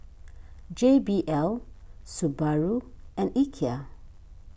J B L Subaru and Ikea